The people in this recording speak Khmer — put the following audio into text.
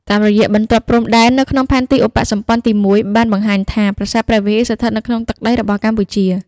តាមរយៈបន្ទាត់ព្រំដែន នៅក្នុងផែនទីឧបសម្ព័ន្ធទី១នេះ បង្ហាញថា ប្រាសាទព្រះវិហារស្ថិតនៅក្នុងទឹកដីរបស់កម្ពុជា។